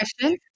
question